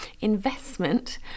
investment